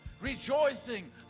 rejoicing